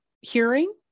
hearing